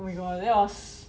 oh my god then I was